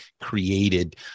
created